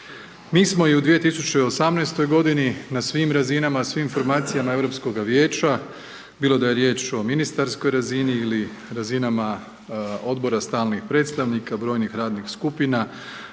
Mi smo i u 2018. godini na svim razinama, svim formacijama Europskoga vijeća, bilo da je riječ o ministarskoj razini ili razinama odbora stalnih predstavnika, brojnih radnih skupina